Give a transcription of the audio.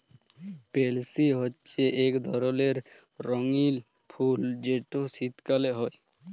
পেলসি হছে ইক ধরলের রঙ্গিল ফুল যেট শীতকাল হ্যয়